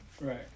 Right